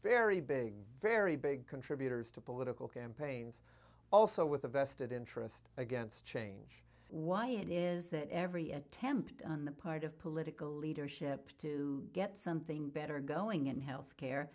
big very big contributors to political campaigns also with a vested interest against change why it is that every attempt on the part of political leadership to get something better going in health